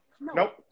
Nope